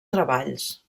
treballs